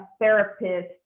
therapist